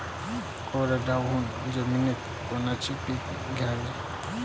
कोरडवाहू जमिनीत कोनचं पीक घ्याव?